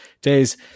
days